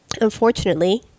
unfortunately